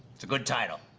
it's a good title.